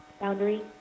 Boundary